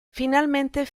finalmente